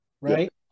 right